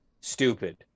stupid